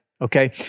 Okay